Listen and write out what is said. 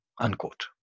unquote